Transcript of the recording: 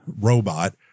robot